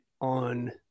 on